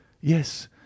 Yes